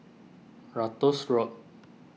Ratus Road